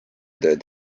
tööd